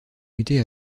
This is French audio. muté